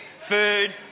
Food